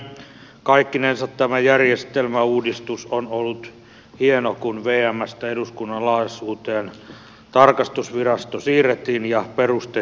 kaikkinensa tämä järjestelmäuudistus on ollut hieno kun vmstä eduskunnan alaisuuteen tarkastusvirasto siirrettiin ja perustettiin tämä tarkastusvaliokuntainstituutio